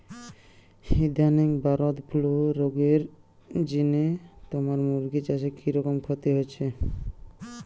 ইদানিং bird flu রগের জিনে তুমার মুরগি চাষে কিরকম ক্ষতি হইচে?